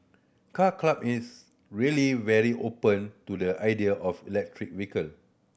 Car Club is really very open to the idea of electric vehicle